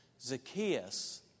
Zacchaeus